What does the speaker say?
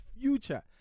future